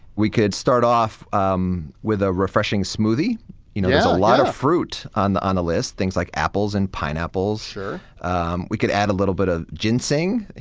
we could start off um with a refreshing smoothie. you know, there's a lot of fruit on the and list, things like apples and pineapples sure um we could add a little bit of ginseng, you